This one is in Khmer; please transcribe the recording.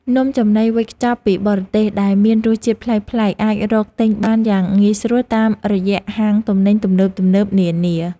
នំចំណីវេចខ្ចប់ពីបរទេសដែលមានរសជាតិប្លែកៗអាចរកទិញបានយ៉ាងងាយស្រួលតាមរយៈហាងទំនិញទំនើបៗនានា។